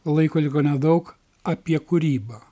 laiko liko nedaug apie kūrybą